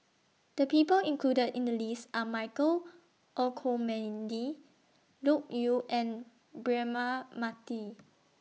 The People included in The list Are Michael Olcomendy Loke Yew and Braema Mathi